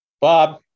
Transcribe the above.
bob